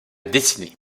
dessiner